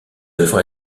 œuvre